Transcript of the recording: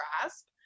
grasp